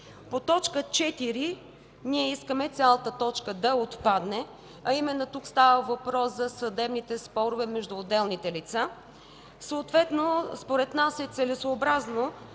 По т. 4 – ние искаме цялата точка да отпадне, а именно тук става въпрос за съдебните спорове между отделните лица. Съответно според нас е целесъобразно